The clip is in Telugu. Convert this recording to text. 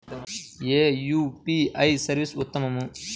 ఏ యూ.పీ.ఐ సర్వీస్ ఉత్తమము?